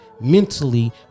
mentally